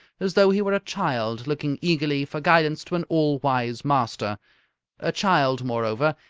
as though he were a child looking eagerly for guidance to an all-wise master a child, moreover,